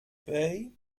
bay